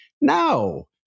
no